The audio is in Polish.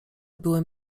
byłem